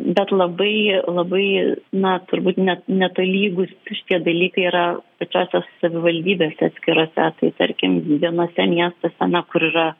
bet labai labai na turbūt net netolygūs šitie dalykai yra pačiose savivaldybėse atskirose tai tarkim vienuose miestuose na kur yra